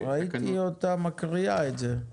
ראיתי אותה מקריאה את זה.